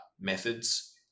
methods